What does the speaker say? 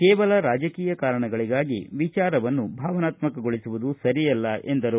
ಕೇವಲ ರಾಜಕೀಯ ಕಾರಣಗಳಿಗಾಗಿ ವಿಚಾರವನ್ನು ಭಾವನಾತ್ಮಗೊಳಿಸುವುದು ಸರಿಯಲ್ಲ ಎಂದರು